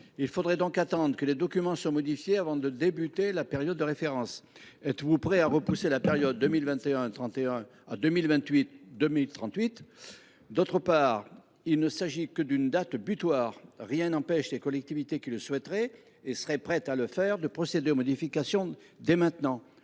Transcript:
il faudrait attendre que les documents soient modifiés avant que ne débute la période de référence. Êtes vous prêts à repousser la période 2021 2031 à 2028 2038 ? Par ailleurs, il ne s’agit ici que d’une date butoir. Rien n’empêche les collectivités qui le souhaiteraient, et seraient prêtes à le faire, de procéder aux modifications dès maintenant.